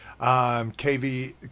KV